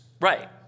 Right